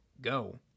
go